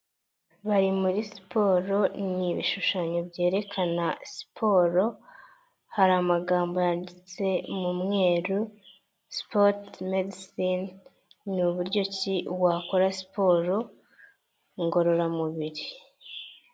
Bari muri siporo n’ ibishushanyo byerekana siporo, hari amagambo yanditse mu mweru sipoti medecini n’ uburyo wakora siporo ngororamubiri.